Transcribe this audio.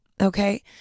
Okay